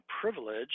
privilege